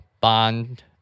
bond